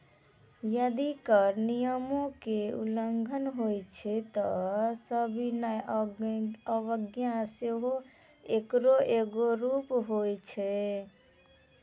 जदि कर नियमो के उल्लंघन होय छै त सविनय अवज्ञा सेहो एकरो एगो रूप होय छै